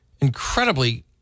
incredibly